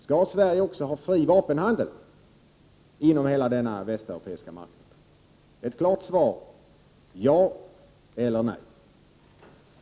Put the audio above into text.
Skall Sverige ha fri vapenhandel inom hela denna västeuropeiska marknad? Jag vill ha ett klart svar: Ja eller nej.